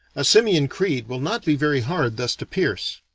a simian creed will not be very hard thus to pierce.